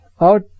Out